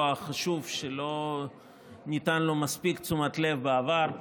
חשוב שלא ניתנה לו מספיק תשומת לב בעבר.